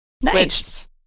nice